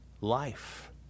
life